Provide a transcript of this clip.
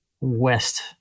west